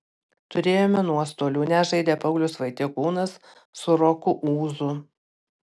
turėjome nuostolių nežaidė paulius vaitiekūnas su roku ūzu